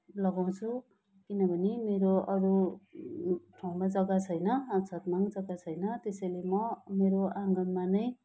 लगाउँछु किनभने मेरो अरू ठाउँमा जग्गा छैन छतमा नि जग्गा छैन त्यसैले म मेरो आँगनमा नै